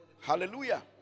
Hallelujah